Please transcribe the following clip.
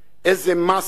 איזו מאסה.